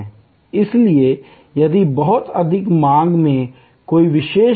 इसलिए यदि बहुत अधिक मांग में कोई विशेष फिल्म है